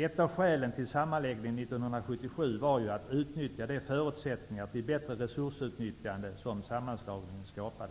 Ett av skälen till sammanslagningen 1977 var ju att ge förutsättningar för bättre resursutnyttjande, vilket sammanslagningen skulle skapa.